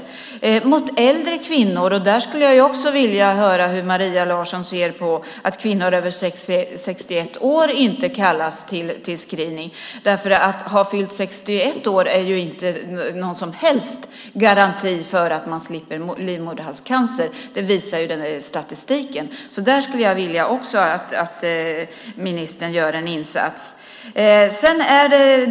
Sedan var det frågan om de äldre kvinnorna. Där skulle jag vilja höra hur Maria Larsson ser på att kvinnor över 61 års ålder inte kallas till screening. Att ha fyllt 61 år är inte någon som helst garanti för att slippa livmoderhalscancer. Det visar statistiken. Där skulle jag vilja att ministern också gör en insats.